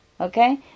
okay